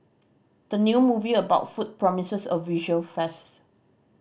the new movie about food promises a visual feast